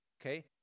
okay